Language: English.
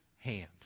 hand